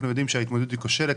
אנחנו יודעים שההתמודדות היא כושלת.